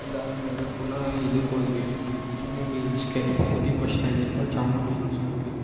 ಅದಾದಮೇಲೆ ಪುನಃ ಇದ್ಕೋದ್ವಿ ಚಾಮುಂಡಿ ಇಲ್ಸ್ಗೆ ಸಿಟಿ ಬಸ್ ಸ್ಟ್ಯಾಂಡಿಂದ ಚಾಮುಂಡಿ ಇಲ್ಸ್ಗೋಗಿ